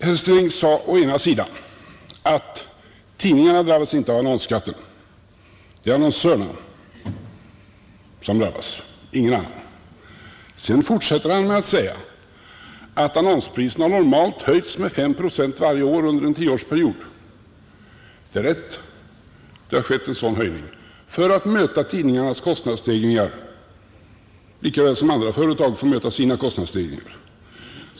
Herr Sträng sade först att tidningarna inte drabbas av annonsskatten — det är annonsörerna som drabbas, ingen annan, Sedan fortsatte han med att säga att annonspriserna normalt höjts med 5 procent varje år under en 10-årsperiod. Det är rätt — tidningarna har företagit en sådan höjning för att möta sina kostnadsökningar, på samma sätt som andra företag möter sina kostnadsökningar.